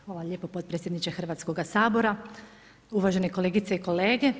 Hvala lijepo potpredsjedniče Hrvatskoga sabora, uvažene kolegice i kolege.